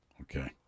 Okay